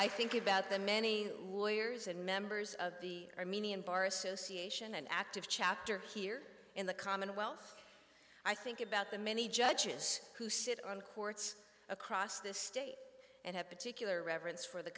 thank think about the many lawyers and members of the armenian bar association an active chapter here in the commonwealth i think about the many judges who sit on courts across this state and have particular reverence for the